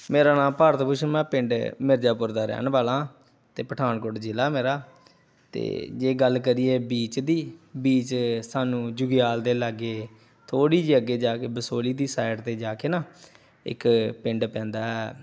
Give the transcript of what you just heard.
ਮੇਰਾ ਨਾਮ ਭਾਰਤ ਭੂਸ਼ਣ ਮੈਂ ਪਿੰਡ ਮਿਰਜਾਪੁਰ ਦਾ ਰਹਿਣ ਵਾਲਾ ਅਤੇ ਪਠਾਨਕੋਟ ਜਿਲ੍ਹਾ ਮੇਰਾ ਅਤੇ ਜੇ ਗੱਲ ਕਰੀਏ ਬੀਚ ਦੀ ਬੀਚ ਸਾਨੂੰ ਜੁਗਿਆਲ ਦੇ ਲਾਗੇ ਥੋੜ੍ਹੀ ਜਿਹੀ ਅੱਗੇ ਜਾ ਕੇ ਬਸੋਲੀ ਦੀ ਸਾਈਡ 'ਤੇ ਜਾ ਕੇ ਨਾ ਇੱਕ ਪਿੰਡ ਪੈਂਦਾ